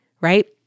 right